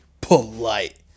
Polite